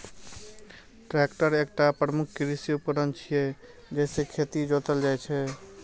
tractor एकटा प्रमुख कृषि उपकरण छियै, जइसे खेत जोतल जाइ छै